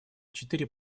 четыре